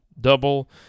double